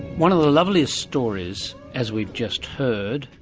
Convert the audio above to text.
one of the loveliest stories, as we've just heard,